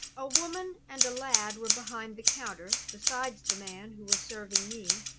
a woman and a lad were behind the counter, besides the man who was serving me.